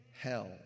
hell